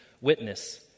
witness